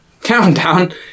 Countdown